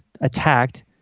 attacked